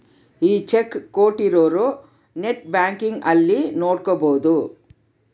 ಈ ಚೆಕ್ ಕೋಟ್ಟಿರೊರು net banking ಅಲ್ಲಿ ನೋಡ್ಕೊಬೊದು